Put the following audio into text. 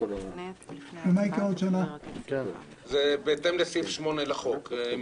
זה בהתאם לסעיף 8 לחוק.